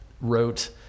wrote